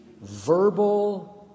verbal